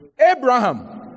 abraham